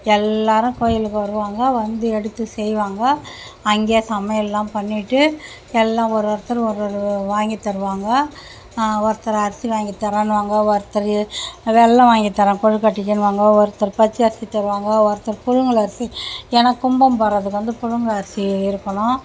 எல்லாரும் கோயிலுக்கு வருவாங்க வந்து எடுத்து செய்வாங்க அங்கே சமையல்லாம் பண்ணிவிட்டு எல்லாம் ஒரு ஒருத்தர் ஒரு ஒரு வாங்கி தருவாங்க ஒருத்தர் அரிசி வாங்கி தரேன்னுவாங்க ஒருத்தர் வெல்லம் வாங்கி தரேன் கொழுக்கட்டைக்கின்னுவாங்க ஒருத்தர் பச்சரிசி தருவாங்க ஒருத்தர் புழுங்கலரிசி ஏனால் கும்பம் போடுறதுக்கு வந்து புழுங்கலரிசி இருக்கணும்